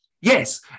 yes